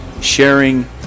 sharing